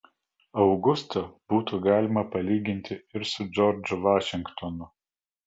augustą būtų galima palyginti ir su džordžu vašingtonu